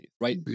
right